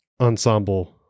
ensemble